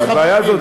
הבעיה הזאת,